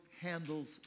handles